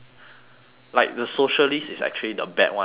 like the socialist is actually the bad one not communist